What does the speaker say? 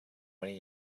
many